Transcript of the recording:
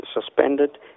suspended